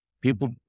People